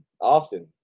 often